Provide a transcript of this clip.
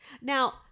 Now